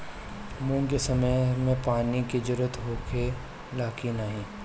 मूंग के समय मे पानी के जरूरत होखे ला कि ना?